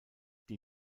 die